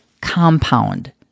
compound